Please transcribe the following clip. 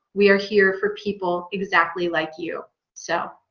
we are here for people exactly like you so